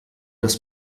das